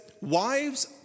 wives